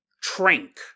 Trank